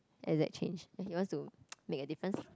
exact change that he wants to make a difference